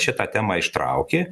šitą temą ištraukė